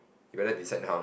you better decide now